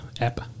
app